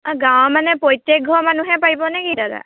গাঁৱৰ মানে প্ৰত্যেক ঘৰ মানুহে পাৰিব নেকি দাদা